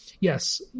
Yes